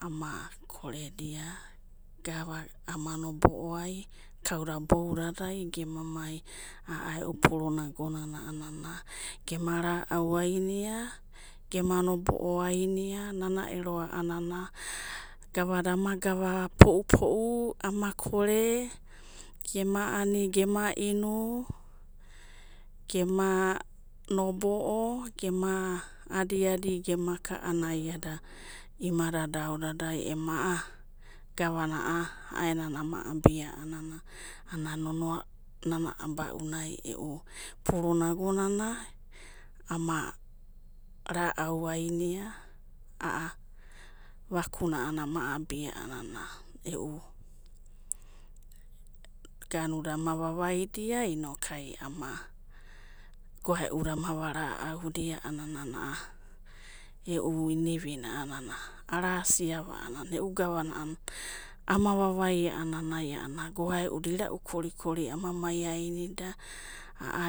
ama koredia gava ama nobo'oai, kauda boudadai, gemamai a'a e'u puruna agonana a'anana ima raau ainia gema nobo'o aimia nana ero a'anana gavada ama gava pou'pou, ama kore, gema ani, gema inu, gema nobo'o gema adi'adi gemaka a'anana iada imadada aodadai ema a'agavana a'a a'aenana ama'abia a'anana nonoa nana abaunai e'u punina agonana, ama ra'auainia, a'a vakuna ama abia a'anana, e'u ganuda ama vavaida inokai ama goae'uda ama va'naudia a'anana, e'u inivina arasiava a'anana e'u gavana, a'anana ama vavaia a'anana a'anana goae'uda irau'korikori ama nai'ainida a'a.